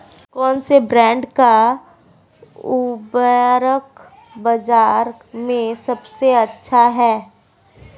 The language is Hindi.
कौनसे ब्रांड का उर्वरक बाज़ार में सबसे अच्छा हैं?